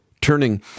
Turning